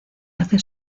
hace